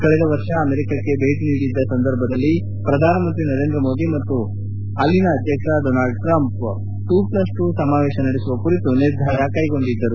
ಕಳೆದ ವರ್ಷ ಅಮೆರಿಕಕ್ಕೆ ಭೇಟಿ ನೀಡಿದ ಸಂದರ್ಭದಲ್ಲಿ ಪ್ರಧಾನಮಂತ್ರಿ ನರೇಂದ್ರ ಮೋದಿ ಮತ್ತು Donald Trump two plus two ಸಮಾವೇಶ ನಡೆಸುವ ಕುರಿತು ನಿರ್ಧಾರ ಕೈಗೊಂಡಿದ್ದರು